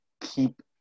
keep